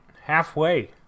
halfway